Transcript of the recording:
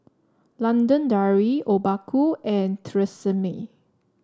London Dairy Obaku and Tresemme